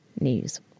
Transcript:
news